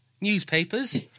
Newspapers